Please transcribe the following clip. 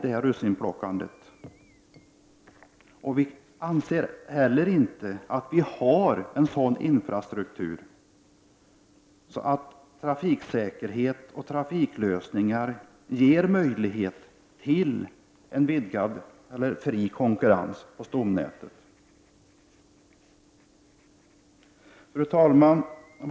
Utskottsmajoriteten anser inte heller att infrastrukturen är sådan att trafiksäkerhet och trafiklösningar ger möjlighet till en vidgad eller fri konkurrens på stomnätet. Fru talman!